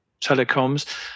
telecoms